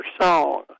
song